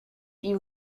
you